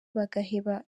bagaheba